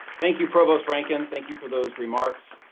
thank you, provost rankin. thank you for those remarks.